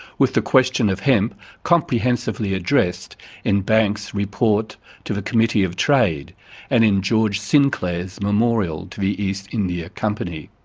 with the question of hemp comprehensively addressed in banks' report to the committee of trade and in george sinclair's memorial to the east india company.